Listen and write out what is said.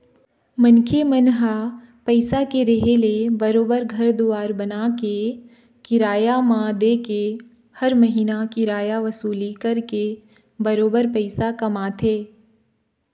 मनखे मन ह पइसा के रेहे ले बरोबर घर दुवार बनाके, किराया म देके हर महिना किराया वसूली करके बरोबर पइसा कमाथे